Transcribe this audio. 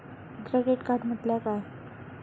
Credit card म्हटल्या काय?